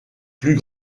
plus